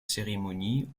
cérémonie